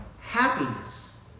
happiness